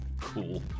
Cool